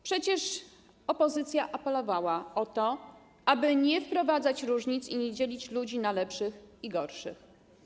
Przecież opozycja apelowała o to, aby nie wprowadzać różnic i nie dzielić ludzi na lepszych i gorszych.